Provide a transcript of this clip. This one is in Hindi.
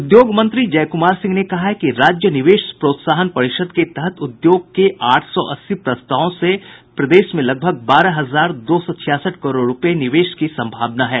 उद्योग मंत्री जयकुमार सिंह ने कहा है कि राज्य निवेश प्रोत्साहन परिषद के तहत उद्योग के आठ सौ अस्सी प्रस्तावों से प्रदेश में लगभग बारह हजार दो सौ छियासठ करोड़ रूपये निवेश की संभावना है